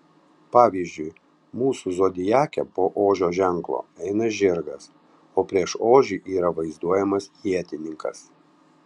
pavyzdžiui mūsų zodiake po ožio ženklo eina žirgas o prieš ožį yra vaizduojamas ietininkas